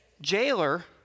jailer